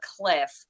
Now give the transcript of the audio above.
cliff